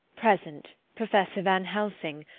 present professor van helsing,